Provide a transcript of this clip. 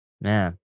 Man